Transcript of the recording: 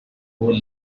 who